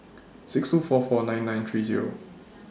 six two four four nine nine three Zero